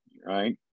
right